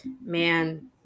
man